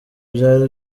byari